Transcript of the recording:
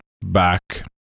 back